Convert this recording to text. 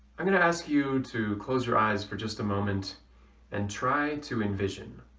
i'm gonna ask you to close your eyes for just a moment and try to envision